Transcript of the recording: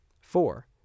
Four